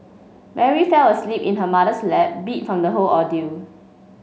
Mary fell asleep in her mother's lap beat from the whole ordeal